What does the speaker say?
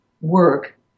work